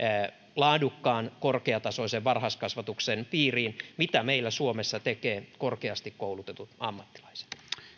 laadukkaan korkeatasoisen varhaiskasvatuksen piiriin mitä meillä suomessa tekevät korkeasti koulutetut ammattilaiset